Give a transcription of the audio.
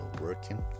working